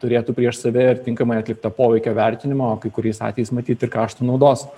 turėtų prieš save ir tinkamai atliktą poveikio vertinimą o kai kuriais atvejais matyt ir kaštų naudos